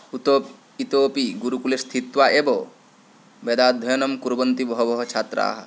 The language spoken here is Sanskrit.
उत इतोऽपि गुरुकुलस्थित्वा एव वेदाध्ययनं कुर्वन्ति बहवः छात्राः